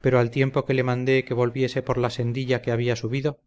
pero al tiempo que le mandé que volviese por la sendilla que había subido